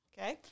okay